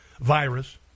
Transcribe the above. virus